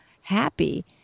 happy